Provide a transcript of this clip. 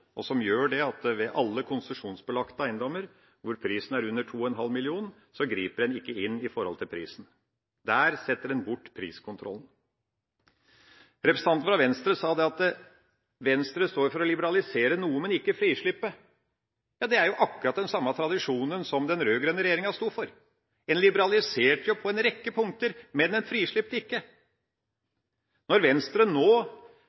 og som gjør at man ikke griper inn med prisregulering på konsesjonsbelagte eiendommer når prisen er under 2,5 mill. kr. Der tar man bort priskontrollen. Representanten fra Venstre sa at Venstre står for å liberalisere noe, men ikke å frislippe. Det er akkurat den samme tradisjonen som den rød-grønne regjeringa sto for. Man liberaliserte på en rekke punkter, men man frislippte ikke. Når Venstre nå